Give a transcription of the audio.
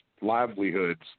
livelihoods